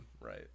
right